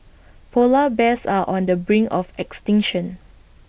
Polar Bears are on the brink of extinction